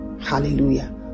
hallelujah